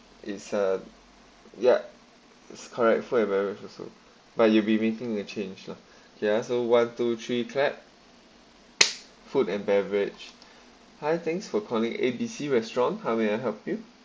it's uh yup it's correct food and beverage also but you'll be making the change lah ya so one two three clap food and beverage hi thanks for calling A_B_C restaurant how may I help you